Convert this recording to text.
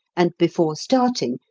and, before starting,